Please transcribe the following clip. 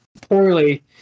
poorly